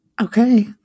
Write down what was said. Okay